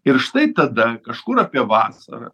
ir štai tada kažkur apie vasarą